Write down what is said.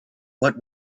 what